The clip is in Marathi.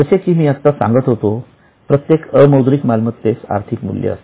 जसे की मी आत्ता सांगत होतो प्रत्येक अमौद्रिक मालमत्तेस आर्थिक मूल्य असते